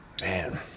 man